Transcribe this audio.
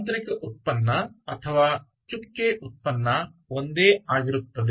ಆಂತರಿಕ ಉತ್ಪನ್ನ ಅಥವಾ ಚುಕ್ಕೆ ಉತ್ಪನ್ನ ಒಂದೇ ಆಗಿರುತ್ತದೆ